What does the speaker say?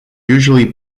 usually